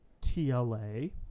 TLA